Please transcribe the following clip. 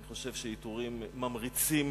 אני חושב שעיטורים ממריצים,